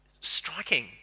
striking